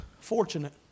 fortunate